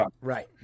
Right